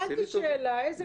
שאלתי שאלה איזה משרד ילווה.